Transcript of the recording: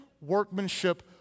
workmanship